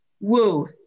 Woo